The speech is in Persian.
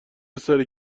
بسیار